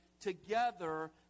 together